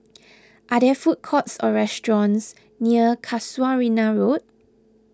are there food courts or restaurants near Casuarina Road